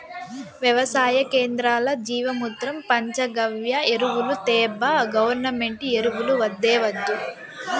వెవసాయ కేంద్రాల్ల జీవామృతం పంచగవ్య ఎరువులు తేబ్బా గవర్నమెంటు ఎరువులు వద్దే వద్దు